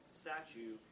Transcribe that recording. statue